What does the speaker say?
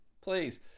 Please